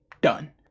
done